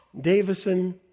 Davison